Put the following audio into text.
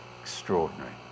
Extraordinary